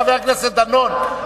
חבר הכנסת דנון,